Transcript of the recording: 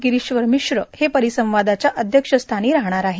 गिरश्वर मिश्र हे परिसंवादाच्या अध्यक्षस्थानी राहणार आहेत